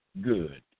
good